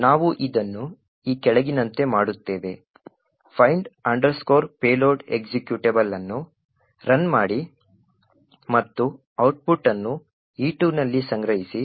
ಆದ್ದರಿಂದ ನಾವು ಇದನ್ನು ಈ ಕೆಳಗಿನಂತೆ ಮಾಡುತ್ತೇವೆ find payload ಎಕ್ಸಿಕ್ಯೂಟಬಲ್ ಅನ್ನು ರನ್ ಮಾಡಿ ಮತ್ತು ಔಟ್ಪುಟ್ ಅನ್ನು E2 ನಲ್ಲಿ ಸಂಗ್ರಹಿಸಿ